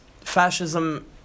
fascism